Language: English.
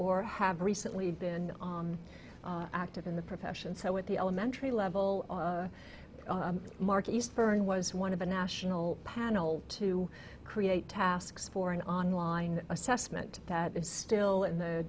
or have recently been active in the profession so at the elementary level mark eastburn was one of the national panel to create tasks for an online assessment that is still in the